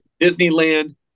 Disneyland